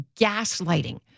gaslighting